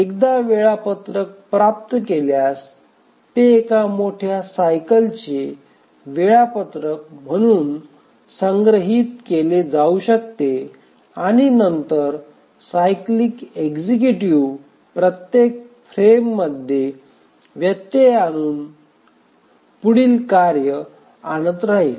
एकदा वेळापत्रक प्राप्त केल्यास ते एका मोठ्या सायकलचे वेळापत्रक म्हणून संग्रहित केले जाऊ शकते आणि नंतर सायक्लीक एक्सक्युटीव्ह प्रत्येक फ्रेममध्ये व्यत्यय आणून ठेवत पुढील कार्य आणत राहील